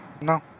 No